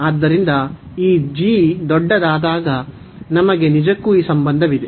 ಆದ್ದರಿಂದ ಈ g ದೊಡ್ಡದಾದಾಗ ನಮಗೆ ನಿಜಕ್ಕೂ ಈ ಸಂಬಂಧವಿದೆ